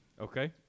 Okay